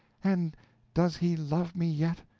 and does he love me yet!